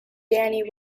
danny